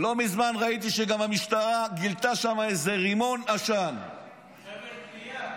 לא מזמן ראיתי שגם המשטרה גילתה שם איזה רימון עשן --- חבל תלייה.